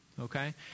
Okay